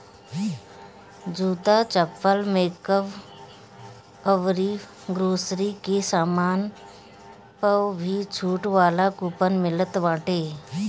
जूता, चप्पल, मेकअप अउरी ग्रोसरी के सामान पअ भी छुट वाला कूपन मिलत बाटे